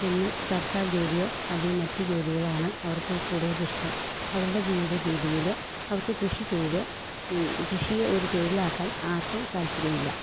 എന്നും സർക്കാർ ജോലിയോ അല്ലെങ്കിൽ മറ്റു ജോലികളോ ആണ് അവർക്ക് കൂടുതലിഷ്ടം അവരുടെ ജീവിത രീതിയില് അവർക്ക് കൃഷി ചെയ്ത് കൃഷിയെ ഒരു തൊഴിലാക്കാൻ ആർക്കും താല്പര്യമില്ല